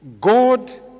God